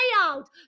out